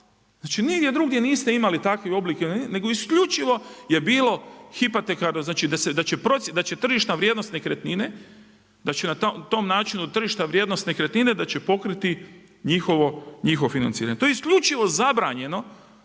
Znači nigdje drugdje niste imali takve oblik nego isključivo je bilo hipotekarno, znači da će tržišna vrijednost nekretnine, da će na tom načinu tržišta vrijednost nekretnine da će pokriti njihovo financiranje. To je isključivo zabranjeno.